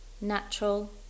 natural